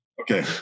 Okay